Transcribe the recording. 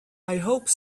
hope